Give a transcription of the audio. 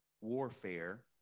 warfare